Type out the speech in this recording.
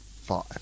Five